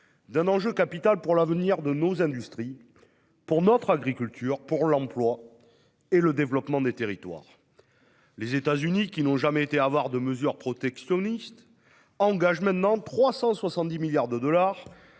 d'un enjeu capital pour l'avenir de nos industries, pour notre agriculture, pour l'emploi et pour le développement des territoires. Les États-Unis, qui n'ont jamais été avares de mesures protectionnistes, engagent à présent 370 milliards de dollars